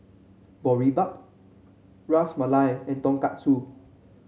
Boribap Ras Malai and Tonkatsu